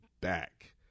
back